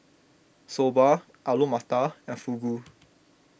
Soba Alu Matar and Fugu